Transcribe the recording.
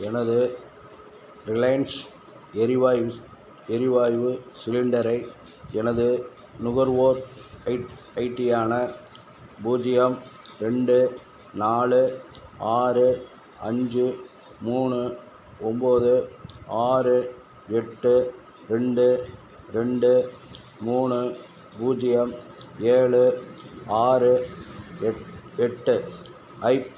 எனது ரிலைன்ஸ் எரிவாய்விஸ் எரிவாய்வு சிலிண்டரை எனது நுகர்வோர் ஐட் ஐடியான பூஜ்ஜியம் ரெண்டு நாலு ஆறு அஞ்சு மூணு ஒம்போது ஆறு எட்டு ரெண்டு ரெண்டு மூணு பூஜ்ஜியம் ஏழு ஆறு எட் எட்டு ஐப்